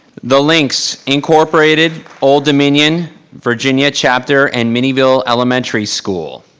the links, incorporated, old dominion virginia chapter and minnieville elementary school.